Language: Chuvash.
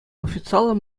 официаллӑ